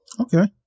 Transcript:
Okay